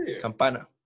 Campana